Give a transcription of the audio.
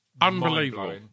unbelievable